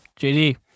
JD